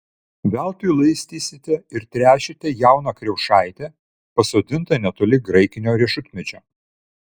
veltui laistysite ir tręšite jauną kriaušaitę pasodintą netoli graikinio riešutmedžio